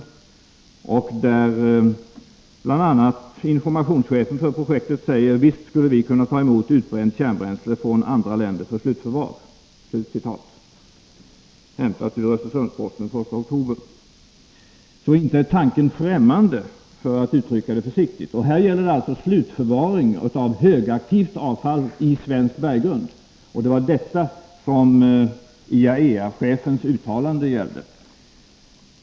Informationschefen för det projektet säger enligt Östersunds-Posten den 1 oktober: ”Visst skulle vi kunna ta emot utbränt kärnbränsle från andra länder för slutförvaring.” Så inte är tanken om slutförvaring främmande — för att uttrycka det försiktigt. Här gäller det slutförvaring av högaktivt avfall i svensk berggrund. Och det var detta som IAEA-chefens uttalande gällde.